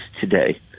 today